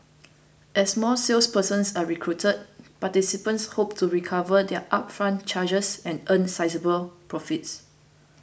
as more salespersons are recruited participants hope to recover their upfront charges and earn sizeable profits